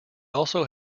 also